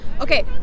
Okay